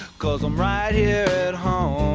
cause i'm right here at home